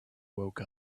woke